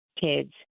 kids